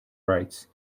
rights